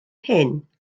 hyn